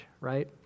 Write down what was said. Right